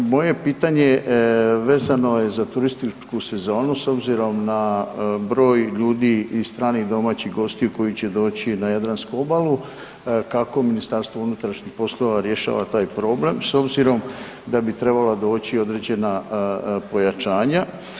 Moje pitanje vezano je za turističku sezonu s obzirom na broj ljudi i stranih i domaćih gostiju koji će doći na jadransku obalu, kako Ministarstvo unutarnjih poslova rješava taj problem s obzirom da bi trebala doći određena pojačanja.